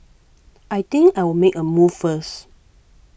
I think I'll make a move first